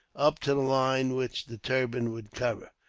up to the line which the turban would cover.